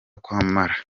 kw’amara